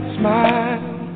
smile